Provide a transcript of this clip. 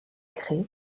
crée